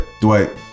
Dwight